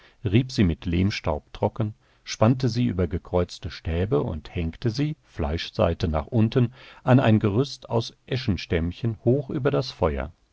rieb sie mit lehmstaub trocken spannte sie über gekreuzte stäbe und hängte sie fleischseite nach unten an ein gerüst aus eschenstämmchen hoch über das feuer